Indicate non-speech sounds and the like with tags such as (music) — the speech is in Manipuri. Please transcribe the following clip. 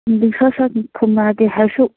(unintelligible) ꯁꯠ ꯁꯠ ꯈꯨꯝꯂꯛꯂꯒꯦ ꯍꯥꯏꯁꯨ